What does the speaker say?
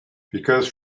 because